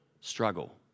struggle